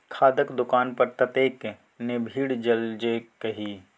खादक दोकान पर ततेक ने भीड़ छल जे की कही